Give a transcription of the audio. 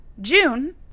June